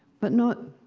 but not.